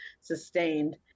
sustained